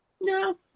No